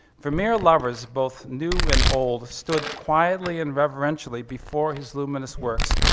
vermeer lovers both new and old stood quietly and reverentially before his luminous works,